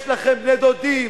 יש לכם בני-דודים,